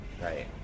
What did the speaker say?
Right